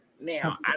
Now